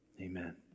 Amen